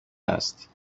است